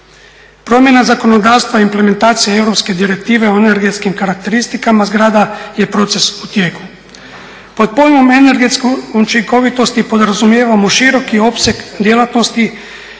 Promjena zakonodavstva i implementacija Europske direktive o energetskim karakteristikama zgrada je proces u tijeku. Pod pojmom energetske učinkovitosti podrazumijevamo široki opseg djelatnosti